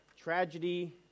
Tragedy